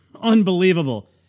unbelievable